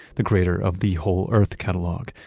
the creator of the whole earth catalog.